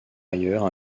ailleurs